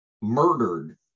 murdered